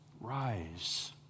rise